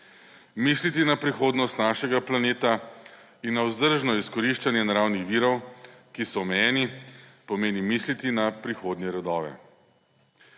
Misliti na prihodnost našega planeta in na vzdržno izkoriščanje naravnih virov, ki so omejeni, pomeni misliti na prihodnje rodove.